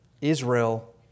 Israel